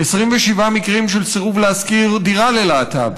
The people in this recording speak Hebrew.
27 מקרים של סירוב להשכיר דירה ללהט"ב